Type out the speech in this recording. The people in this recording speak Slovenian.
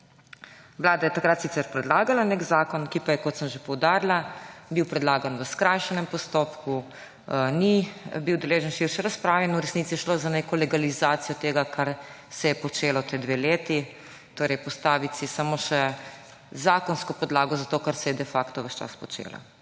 Vlada je takrat sicer predlagala nek zakon, ki pa je, kot sem že poudarila, bil predlagan v skrajšanem postopku, ni bil deležen širše razprave. V resnici je šlo za neko legalizacijo tega, kar se je počelo ti dve leti, torej postaviti si samo še zakonsko podlago za to, kar se je de facto ves čas počelo.